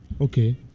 Okay